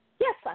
Yes